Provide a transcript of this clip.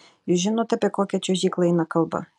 jūs žinot apie kokią čiuožyklą eina kalba